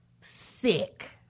sick